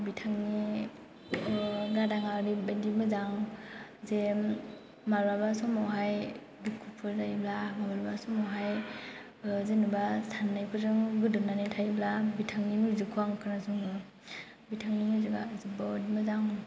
बिथांनि गाराङा ओरैबायदि मोजां जे माब्लाबा समावहाय दुखुफोर जायोब्ला माब्लाबा समावहाय जेन'बा सान्नायफोरजों गोदोनानै थायोब्ला बिथांनि मिउजिकखौ आं खोनासङो बिथांनि मिउजिकआ जोबोर मोजां